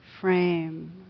frame